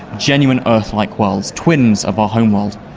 genuine earth-like worlds, twins of our home world.